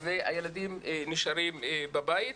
והילדים נשארים בבית.